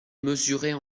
mesurer